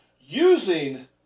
Using